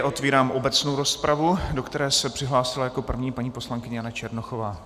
Otvírám obecnou rozpravu, do které se přihlásila jako první paní poslankyně Jana Černochová.